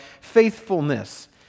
faithfulness